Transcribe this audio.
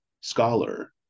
scholar